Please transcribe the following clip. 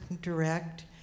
direct